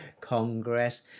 Congress